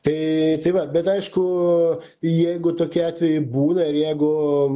tai tai vat bet aišku jeigu tokie atvejai būna ir jeigu